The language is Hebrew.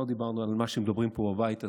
לא דיברנו על מה שמדברים פה בבית הזה,